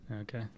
Okay